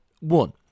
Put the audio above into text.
One